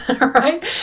right